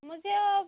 मुझे वह